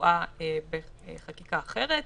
שקבועה בחקיקה אחרת,